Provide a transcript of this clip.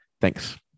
Thanks